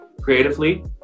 creatively